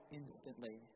instantly